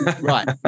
Right